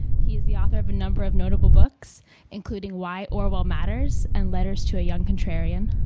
he's the author of a number of notable books including why orwell matters and letters to a young contrarian.